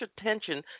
attention